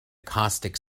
caustic